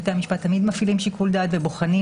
בתי המשפט תמיד מפעילים שיקול דעת ובוחנים